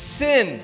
sin